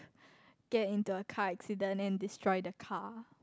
get into a car accident and destroy the car